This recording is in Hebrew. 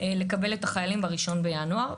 לקבל את החיילים ב-1 בינואר.